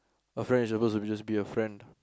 a friend is suppose to be just be a friend